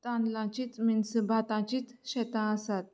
तांदलांचीच means भातांचीच शेतां आसात